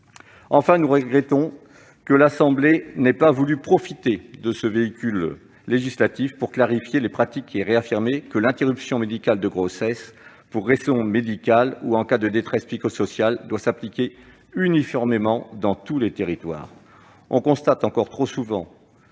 Enfin, nous regrettons que l'Assemblée nationale n'ait pas voulu profiter de ce véhicule législatif pour clarifier les pratiques et réaffirmer que l'interruption médicale de grossesse (IMG), que ce soit pour raison médicale ou en cas de détresse psychosociale, doit s'appliquer uniformément, dans tous les territoires. On constate encore trop souvent,